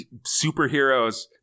superheroes